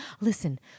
listen